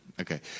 Okay